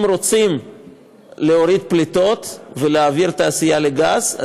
אם רוצים להוריד את הפליטה ולהעביר את התעשייה לגז,